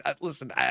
Listen